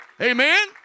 Amen